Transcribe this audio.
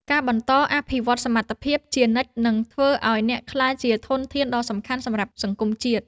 ការបន្តអភិវឌ្ឍសមត្ថភាពជានិច្ចនឹងធ្វើឱ្យអ្នកក្លាយជាធនធានដ៏សំខាន់សម្រាប់សង្គមជាតិ។